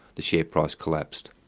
the share price collapsed.